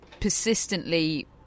persistently